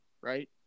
right